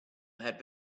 had